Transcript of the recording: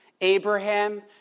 Abraham